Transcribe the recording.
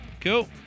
Cool